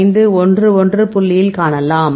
251 1 புள்ளியில் காணலாம்